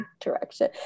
direction